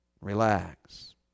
relax